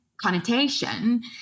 connotation